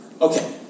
Okay